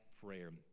prayer